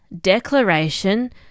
Declaration